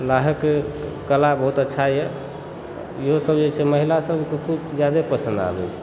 लाहके कला बहुत अच्छा यऽ इहो सब जे छै महिला सब किछु जादा पसन्द आबैत छै